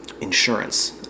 insurance